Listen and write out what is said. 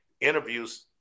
interviews